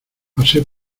pasé